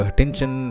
tension